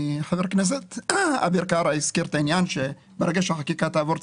חבר הכנסת אביר קארה הזכיר שברגע שהחקיקה תעבור,